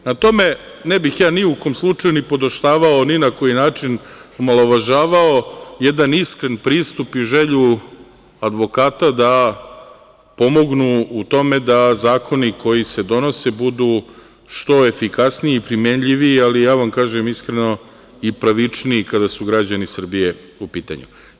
Prema tome, ne bih ja ni u kom slučaju nipodaštavao, ni na koji način omalovažavao jedan iskren pristup i želju advokata da pomognu u tome da zakoni koji se donose budu što efikasniji i primenljiviji, ali ja vam kažem iskreno, i pravičniji, kad su građani Srbije u pitanju.